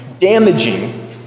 damaging